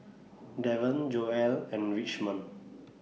Daron Joell and Richmond